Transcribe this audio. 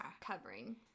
covering